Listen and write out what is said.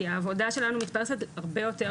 כי העבודה שלנו מתפרסת על הרבה יותר